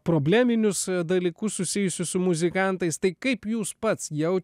probleminius dalykus susijusius su muzikantais tai kaip jūs pats jau